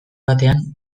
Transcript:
batean